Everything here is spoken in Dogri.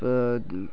प